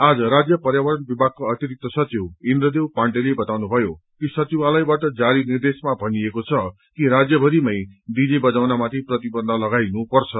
आज राज्य पर्यावरण विभागका अतिरिक्त सचिव इन्द्रदेव पाण्डेले बताउनुभयो कि सचिवालयबाट जारी निर्देशमा भनिएको छ कि राज्यभरिमै डीजे वजाउनमाथि प्रमिबन्ध लगाइनुपर्छ